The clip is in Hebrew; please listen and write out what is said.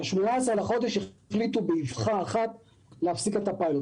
ב-18 בחודש החליטו באבחה אחת להפסיק את הפיילוט.